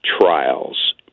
Trials